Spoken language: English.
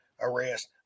arrest